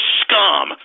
scum